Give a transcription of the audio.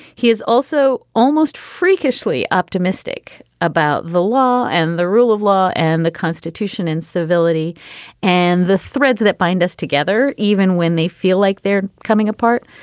he is also almost freakishly optimistic about the law and the rule of law and the constitution and civility and the threads that bind us together even when they feel like they're coming apart.